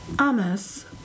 Amos